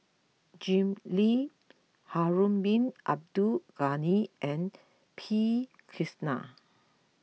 Jim Lim Harun Bin Abdul Ghani and P Krishnan